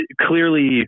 clearly